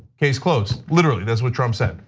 case closed. literally, that's what trump said.